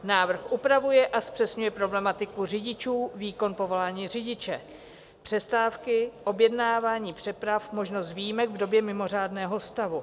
Návrh upravuje a zpřesňuje problematiku řidičů, výkon povolání řidiče, přestávky, objednávání přeprav, možnost výjimek v době mimořádného stavu.